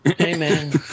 Amen